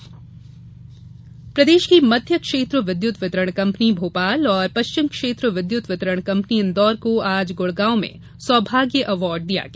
सौभाग्य पुरस्कार प्रदेश की मध्य क्षेत्र विद्युत वितरण कंपनी भोपाल और पश्चिम क्षेत्र विद्युत वितरण कंपनी इंदौर को आज गुड़गाँव में सौभाग्य अवार्ड दिया गया